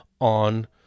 on